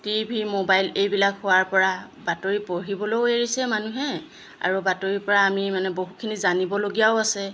T V mobile এইবিলাক হোৱাৰপৰা বাতৰি পঢ়িবলৈও এৰিছে মানুহে আৰু বাতৰিৰপৰা আমি মানে বহুখিনি জানিবলগীয়াও আছে